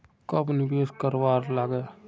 कब निवेश करवार लागे?